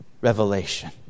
revelation